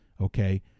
Okay